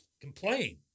complain